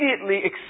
immediately